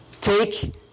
take